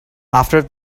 after